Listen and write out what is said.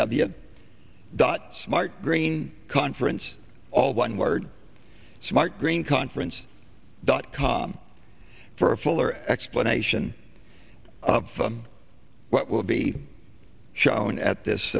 w dot smart green conference all one word smart green conference dot com for a fuller explanation of what will be shown at this